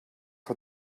for